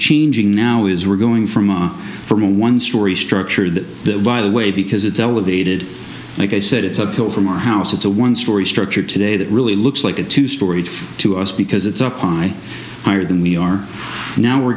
changing now is we're going from from a one story structure that by the way because it's elevated like i said it's uphill from our house it's a one story structure today that really looks like a two story to us because it's up on higher than we are now we're